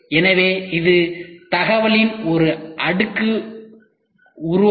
எனவே இது தகவலின் ஒரு அடுக்கு உருவாக்க